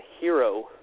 hero